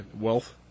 wealth